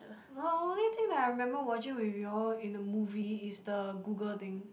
but the only thing that I remember watching with you all in the movie is the Google thing